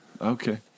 Okay